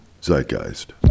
Zeitgeist